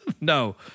No